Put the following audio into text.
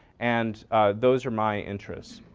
and those are my interest,